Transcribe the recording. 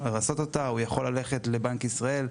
הוא יכול ללכת לבנק ישראל,